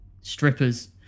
Strippers